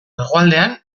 hegoaldean